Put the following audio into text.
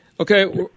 Okay